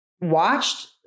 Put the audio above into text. watched